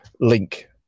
link